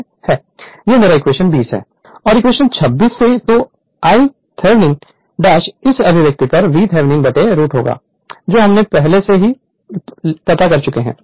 Refer Slide Time 2658 और equation 26 से तो Iथैंक यू इस अभिव्यक्ति पर VThevenin रूट होगा जो हम पहले से पा चुके है